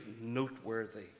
noteworthy